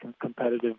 competitive